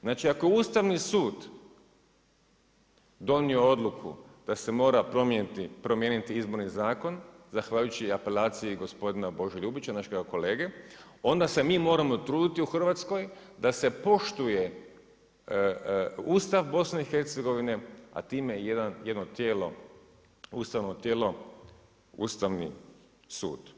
Znači ako je Ustavni sud donio odluku da se mora promijeniti Izborni zakon zahvaljujući apelaciji gospodina Bože Ljubića, našega kolege, onda se mi moramo truditi u Hrvatskoj da se poštuje ustav BiH a time i jedno tijelo, Ustavno tijelo, Ustavni sud.